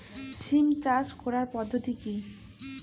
সিম চাষ করার পদ্ধতি কী?